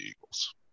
Eagles